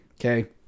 Okay